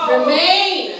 Remain